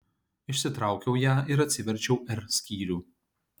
išsitraukiau ją ir atsiverčiau r skyrių